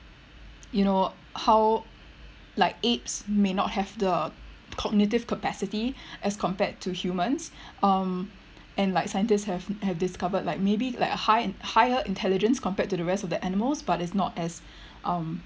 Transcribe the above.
you know how like apes may not have the cognitive capacity as compared to humans um and like scientists have have discovered like maybe like high higher intelligence compared to rest of the animals but it's not as um